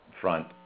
front